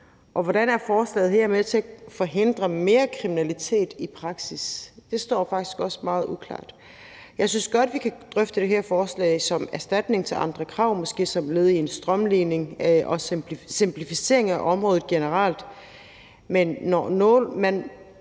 Hvordan er forslaget her med til at forhindre mere kriminalitet i praksis? Det står faktisk også meget uklart. Jeg synes godt, vi kan drøfte det her forslag som erstatning til andre krav, måske som led i en strømlining og simplificering af området generelt,